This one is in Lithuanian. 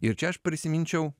ir čia aš prisiminčiau